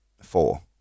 four